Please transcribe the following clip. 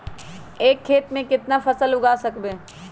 एक खेत मे केतना फसल उगाय सकबै?